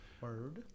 Word